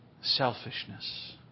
Selfishness